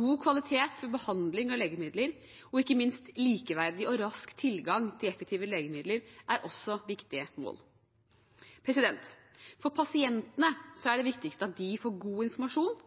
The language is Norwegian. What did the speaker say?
God kvalitet ved behandling med legemidler og ikke minst likeverdig og rask tilgang til effektive legemidler er også viktige mål. For pasientene er det viktigste at de får god informasjon,